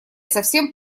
совсем